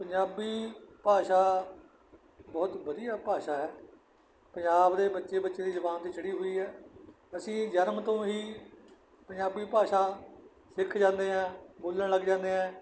ਪੰਜਾਬੀ ਭਾਸ਼ਾ ਬਹੁਤ ਹੀ ਵਧੀਆ ਭਾਸ਼ਾ ਹੈ ਪੰਜਾਬ ਦੇ ਬੱਚੇ ਬੱਚੇ ਦੀ ਜ਼ੁਬਾਨ ਦੀ ਚੜ੍ਹੀ ਹੋਈ ਹੈ ਅਸੀਂ ਜਨਮ ਤੋਂ ਹੀ ਪੰਜਾਬੀ ਭਾਸ਼ਾ ਸਿੱਖ ਜਾਂਦੇ ਹਾਂ ਬੋਲਣ ਲੱਗ ਜਾਂਦੇ ਹਾਂ